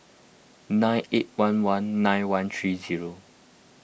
nine eight one one nine one three zero